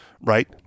right